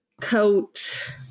coat